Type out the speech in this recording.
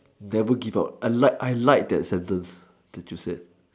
never I like I like that sentence that you said